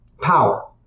power